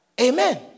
Amen